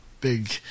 big